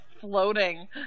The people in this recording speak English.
floating